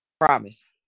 Promise